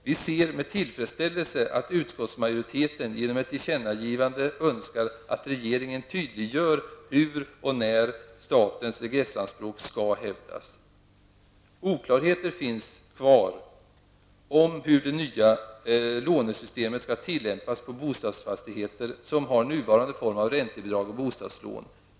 Vi ser med tillfredsställelse att utskottsmajoriteten genom ett tillkännagivande önskar att regeringen tydliggör hur och när statens regressanspråk skall hävdas. Oklarheter finns kvar om hur det nya lånesystemet skall tillämpas på bostadsfastigheter som har nuvarande form av räntebidrag och bostadslån.